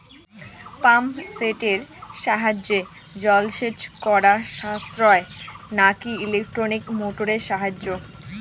Pump সেটের সাহায্যে জলসেচ করা সাশ্রয় নাকি ইলেকট্রনিক মোটরের সাহায্যে?